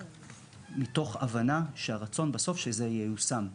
(תשתיות מחשוב קריטיות) מתוך הבנה שהרצון בסוף שזה ייושם.